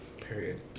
period